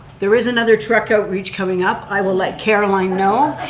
there is another truck outreach coming up. i will let caroline know.